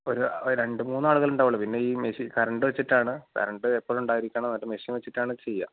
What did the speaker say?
ഒരു ഒരു രണ്ട് മൂന്നാളുകളുണ്ടാവുള്ളു പിന്നെ ഈ മെഷിൻ കരണ്ട് വെച്ചിട്ടാണ് കരണ്ട് എപ്പോഴും ഉണ്ടായിരിക്കണം എന്നിട്ട് മെഷിൻ വെച്ചിട്ടാണ് ചെയ്യുക